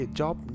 job